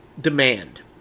demand